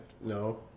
No